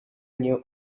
new